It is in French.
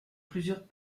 plusieurs